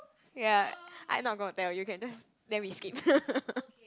ya I not gonna tell you can just then we skip